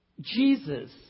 Jesus